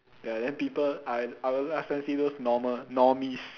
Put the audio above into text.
ya then people I I will ask them see those normal normies